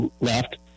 left